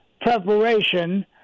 preparation